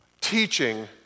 teaching